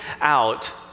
out